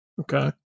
Okay